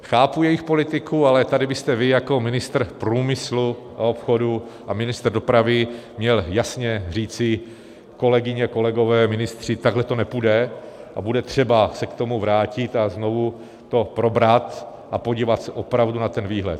Chápu jejich politiku, ale tady byste vy jako ministr průmyslu a obchodu a ministr dopravy měl jasně říci: kolegyně, kolegové, ministři, takhle to nepůjde a bude třeba se k tomu vrátit a znovu to probrat a podívat se opravdu na ten výhled.